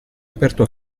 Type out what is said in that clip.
aperto